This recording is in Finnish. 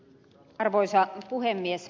arvoisa puhemies